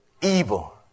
evil